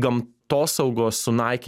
gamtosaugos sunaiki